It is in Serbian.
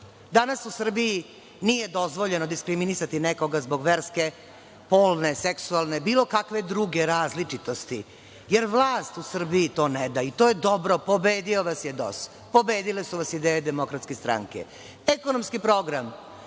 Danas u Srbiji nije dozvoljeno diskriminisati nekoga zbog verske, polne, seksualne, bilo kakve druge različitosti, jer vlast u Srbiji to ne da i to je dobro, pobedio vas je DOS. Pobedile su vas ideje DS.Ekonomski program.